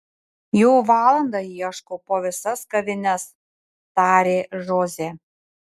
jau valandą ieškau po visas kavines tarė žozė